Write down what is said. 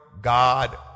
God